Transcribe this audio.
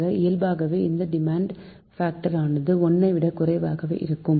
ஆக இயல்பாகவே இந்த டிமாண்ட் பாக்டர்ஆனது 1 ஐ விட குறைவானதாகவே இருக்கும்